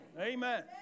Amen